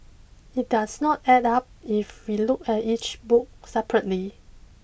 it does not add up if we look at each book separately